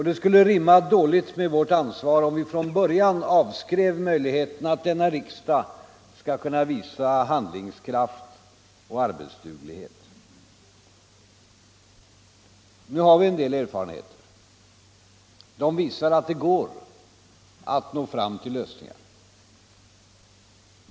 Det skulle rimma dåligt med vårt ansvar om vi från början avskrev möjligheten att denna riksdag skall kunna visa handlingskraft och arbetsduglighet.” Nu har vi en del erfarenheter. De visar att det går att nå fram till lösningar.